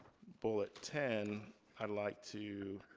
bullet ten i'd like to,